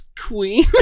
queen